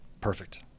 Perfect